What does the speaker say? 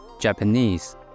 Japanese